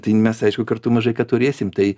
tai mes aišku kartu mažai ką turėsim tai